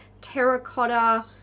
terracotta